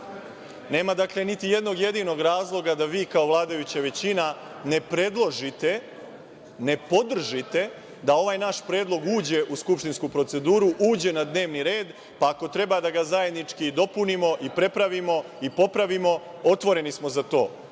Nema dakle niti jednog jedinog razloga da vi kao vladajuća većina ne predložite, ne podržite da ovaj naš predlog uđe u skupštinsku proceduru, uđe na dnevni red, pa ako treba da ga zajednički dopunimo i prepravimo i popravimo, otvoreni smo za to.